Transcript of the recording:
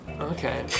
Okay